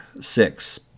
six